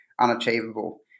unachievable